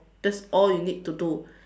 that's all you need to do